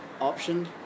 option